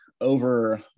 over